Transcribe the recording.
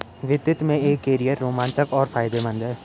वित्त में एक कैरियर रोमांचक और फायदेमंद है